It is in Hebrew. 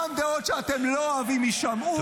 גם דעות שאתם לא אוהבים יישמעו,